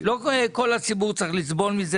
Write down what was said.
לא כל הציבור צריך לסבול מכך.